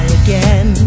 again